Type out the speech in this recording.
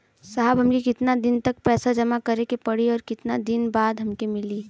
साहब हमके कितना दिन तक पैसा जमा करे के पड़ी और कितना दिन बाद हमके मिली?